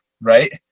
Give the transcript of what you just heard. right